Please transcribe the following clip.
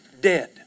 dead